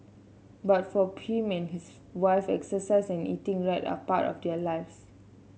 but for him and his wife exercise and eating right are part of their lives